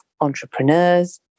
entrepreneurs